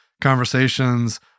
conversations